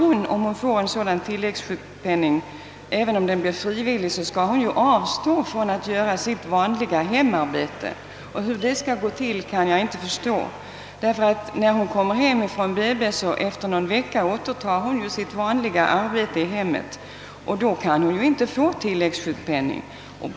Om hon får sådan tilläggssjukpenning skall "hon nämligen avstå från att uträtta sitt vanliga hemarbete, och hur det skall gå till kan jag inte förstå, ty när hon kommer hem från BB, återtar hon efter någon vecka sitt vanliga arbete i hemmet. Då kan hon ju inte få tilläggssjukpenning.